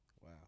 Wow